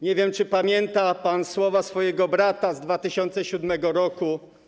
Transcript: Nie wiem, czy pamięta pan słowa swojego brata z 2007 r.